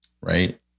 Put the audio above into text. right